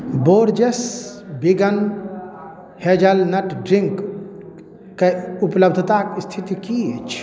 Borges vegan hazelnut ड्रिन्कके उपलब्धताके स्थिति कि अछि